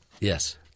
Yes